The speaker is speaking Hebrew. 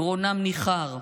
גרונם ניחר.